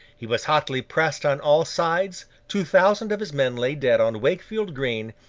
he was hotly pressed on all sides, two thousand of his men lay dead on wakefield green,